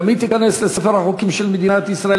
גם היא תיכנס לספר החוקים של מדינת ישראל.